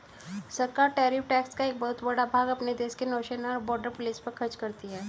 सरकार tariff tax का एक बहुत बड़ा भाग अपने देश के नौसेना और बॉर्डर पुलिस पर खर्च करती हैं